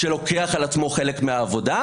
שלוקח על עצמו חלק מהעבודה,